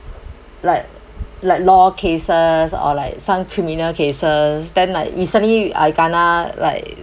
like like law cases or like some criminal cases then like recently I kind of like